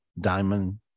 diamond